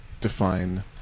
Define